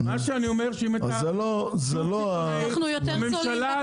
אנחנו יותר זולים,